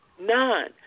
None